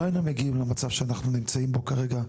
לא היינו מגיעים למצב בו אנחנו נמצאים כרגע,